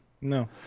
No